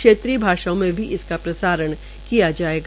क्षेत्रीय भाषाओं में भी इसका प्रसारण किया जायेगा